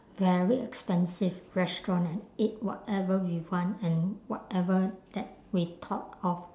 very expensive restaurant and eat whatever we want and whatever that we thought of